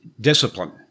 discipline